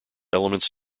elements